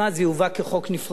וזה יובא כחוק נפרד,